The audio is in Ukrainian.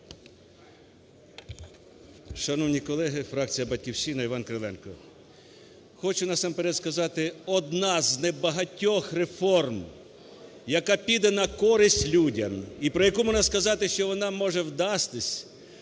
Шановні колеги, фракція "Батьківщина", Іван Кириленко. Хочу насамперед сказати, одна з небагатьох реформ, яка піде на користь людям і про яку можна сказати, що вона може вдастись,